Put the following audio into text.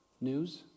news